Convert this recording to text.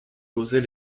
causer